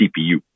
cpu